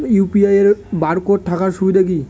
UPI এর barcode থাকার সুবিধে কি?